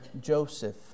Joseph